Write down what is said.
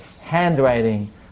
Handwriting